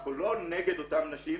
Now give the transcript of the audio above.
אנחנו לא נגד אותן נשים,